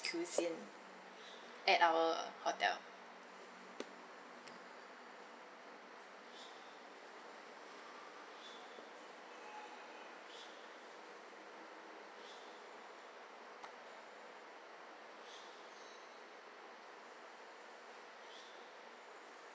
cuisine at our hotel